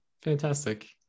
fantastic